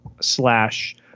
slash